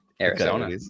Arizona